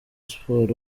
sports